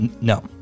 No